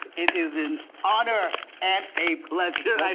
it is an honor and a pleasure